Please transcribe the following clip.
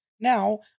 Now